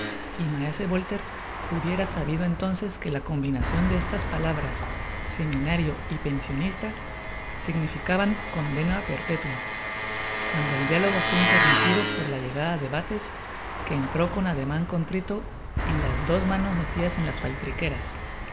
y maese bolter hubiera sabido entonces que la combinacion de estas palabras seminarlo y pensionista significaban condena perpétua cuando el diálogo fué interrumpido por la llegada de bates que entró con ademan contrito y las dos manos metidas en las